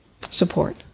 support